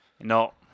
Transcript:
No